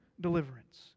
deliverance